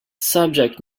subject